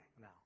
now